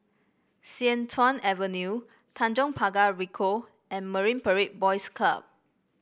Sian Tuan Avenue Tanjong Pagar Ricoh and Marine Parade Boys Club